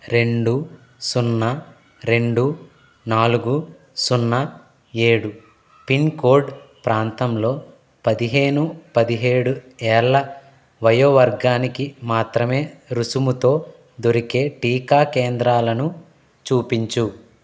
రెండు సున్నా రెండు నాలుగు సున్నా ఏడు పిన్కోడ్ ప్రాంతంలో పదిహేను పదిహేడు ఏళ్ల వయో వర్గానికి మాత్రమే రుసుముతో దొరికే టీకా కేంద్రాలను చూపించు